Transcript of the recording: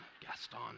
Gaston